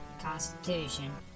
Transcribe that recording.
constitution